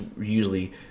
usually